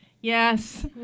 yes